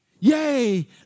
Yay